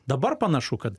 dabar panašu kad